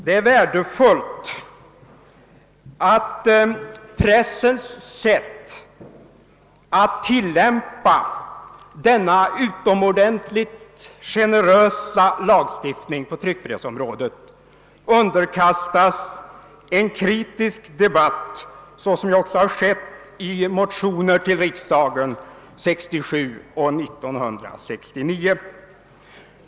Det är värdefullt att pressens sätt att tillämpa denna utomordentligt generösa lagstiftning på tryckfrihetsområdet underkastas en kritisk debatt, såsom också har skett i motioner till riksdagen 1967 och 1969.